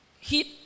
hit